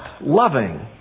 loving